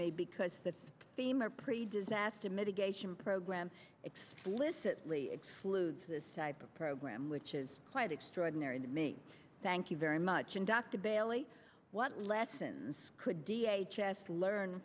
me because the femur pre disaster mitigation program explicitly excludes this type of program which is quite extraordinary to me thank you very much and dr bailey what lessons could d h s s learn